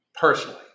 personally